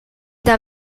der